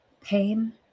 pain